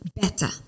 better